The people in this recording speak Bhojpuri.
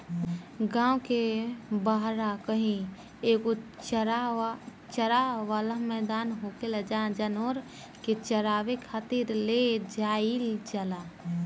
गांव के बाहरा कही एगो चारा वाला मैदान होखेला जाहवा जानवर के चारावे खातिर ले जाईल जाला